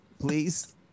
please